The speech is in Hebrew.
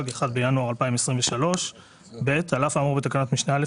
(1 בינואר 2023). (ב) על אף האמור בתקנת משנה (א),